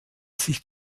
sich